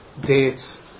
dates